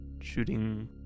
shooting